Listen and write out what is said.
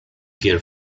care